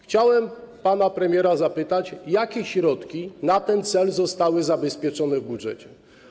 Chciałem pana premiera zapytać, jakie środki na ten cel zostały zabezpieczone w budżecie.